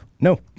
No